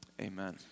Amen